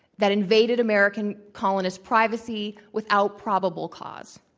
that invaded american colonists privacy without probable cause.